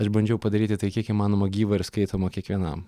aš bandžiau padaryti tai kiek įmanoma gyvą ir skaitomą kiekvienam